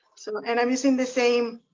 so and i'm using the same.